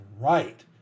right